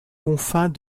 confins